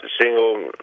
single